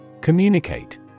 Communicate